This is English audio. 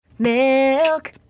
Milk